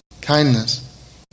kindness